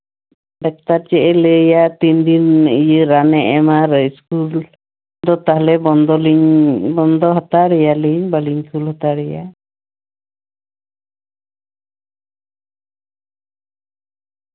doctor ᱪᱮᱫ ᱮᱭ ᱞᱟᱹᱭᱟ ᱛᱤᱱ ᱫᱤᱱ ᱨᱟᱱᱮ ᱮᱢᱟ ᱟᱨᱚ ᱤᱥᱠᱩᱞ ᱫᱚ ᱛᱟᱦᱞᱮ ᱵᱚᱱᱫᱚᱞᱤᱧ ᱵᱚᱱᱫᱚ ᱦᱟᱛᱟᱲᱮᱭᱟᱞᱤᱧ ᱵᱟᱞᱤᱧ ᱠᱩᱞ ᱦᱟᱛᱟᱲᱮᱭᱟ